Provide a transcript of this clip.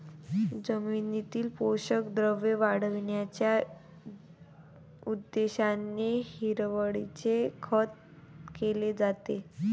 जमिनीतील पोषक द्रव्ये वाढविण्याच्या उद्देशाने हिरवळीचे खत केले जाते